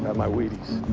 my wheaties.